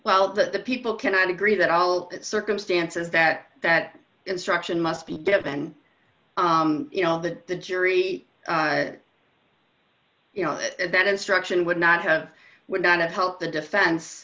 well that the people cannot agree that all the circumstances that that instruction must be given you know that the jury you know that instruction would not have would not have helped the defen